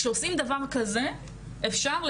כשעושים דבר כזה אפשר,